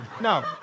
No